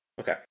Okay